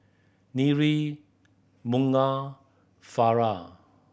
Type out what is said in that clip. Bunga Farah